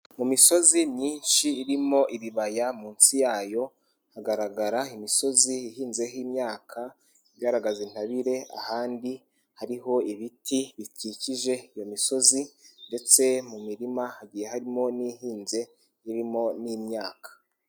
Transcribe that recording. Mu misozi myinshi irimo ibibaya munsi yayo hagaragara imisozi ihinzeho imyaka, igaragaza intabire ahandi hariho ibiti bikikije iyo misozi ndetse mu mirima hagiye harimo n'ihinze irimo n'imyaka.